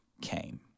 came